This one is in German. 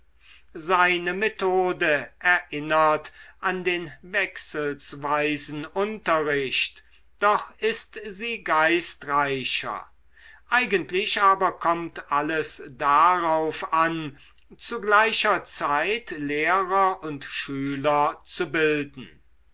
seine methode erinnert an den wechselsweisen unterricht doch ist sie geistreicher eigentlich aber kommt alles darauf an zu gleicher zeit lehrer und schüler zu bilden